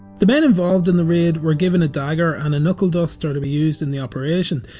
the men involved in the raid were given a dagger and a knuckleduster to be used in the operation.